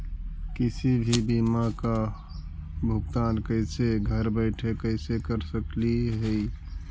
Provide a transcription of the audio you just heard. किसी भी बीमा का भुगतान कैसे घर बैठे कैसे कर स्कली ही?